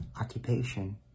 occupation